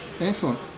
Excellent